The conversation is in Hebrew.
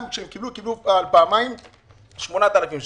גם כשהם קיבלו, הם קיבלו פעמיים 8,000 שקלים.